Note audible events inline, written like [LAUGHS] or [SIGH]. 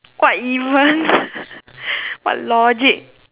what even [LAUGHS] what logic